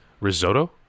Risotto